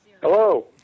Hello